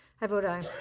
i vote aye.